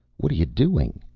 what are you doing?